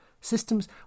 Systems